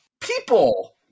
People